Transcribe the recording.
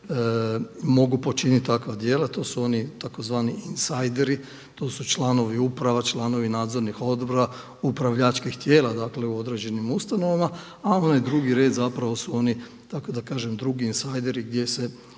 mogu počiniti takva djela. To su oni tzv. insajderi, to su članovi uprava, članovi nadzornih odbora, upravljačkih tijela dakle u određenim ustanovama. A onaj drugi red su zapravo oni tako da kažem insajderi gdje se